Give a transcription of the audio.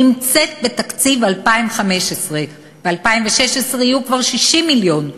נמצאת בתקציב 2015. ב-2016 יהיו כבר 60 מיליון,